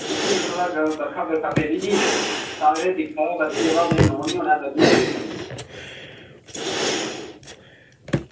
किश निं यरो थोह्ड़ा बर्खा पेदी ही सारा किश दिक्खा दा बर्खै ई पर में न्हौन निं होना सर